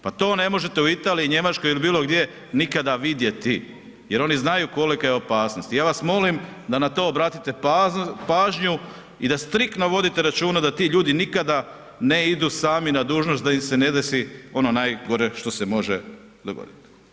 Pa to ne možete u Italiji, Njemačkoj ili bilo gdje nikada vidjeti jer oni znaju kolika je opasnost i ja vas molim da na to obratite pažnju i da striktno vodite računa da ti ljudi nikada ne idu sami na dužnost da im se ne desi ono najgore što se može dogoditi.